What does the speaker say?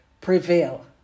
prevail